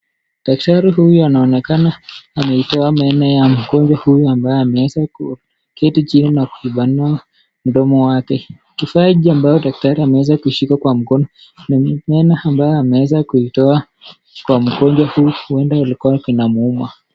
Daktari huyu anaonekana ameitoa meno ya mgonjwa huyu ambaye ameweza kuketi chini na kupanua mdomo wake. Kifaa hicho ambayo daktari ameweza kushika kwa mkono ni meno ambayo ameweza kuitoa kwa mgonjwa huyu huenda kilikuwa kinamuuma.